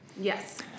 Yes